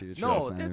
no